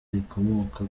rikomoka